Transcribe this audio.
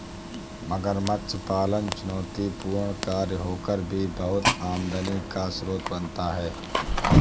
मगरमच्छ पालन चुनौतीपूर्ण कार्य होकर भी बहुत आमदनी का स्रोत बनता है